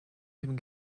dem